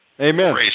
Amen